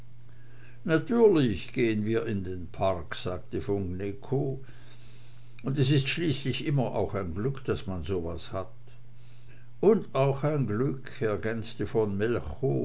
natürlich gehen wir in den park sagte von gnewkow und es ist schließlich immer noch ein glück daß man so was hat und auch ein glück ergänzte von